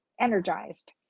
energized